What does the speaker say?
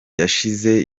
yashize